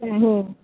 ᱦᱮᱸ ᱦᱮᱸ